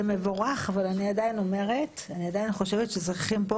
זה מבורך אבל אני עדיין חושבת שצריכים פה